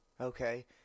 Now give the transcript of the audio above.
Okay